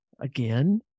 again